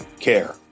care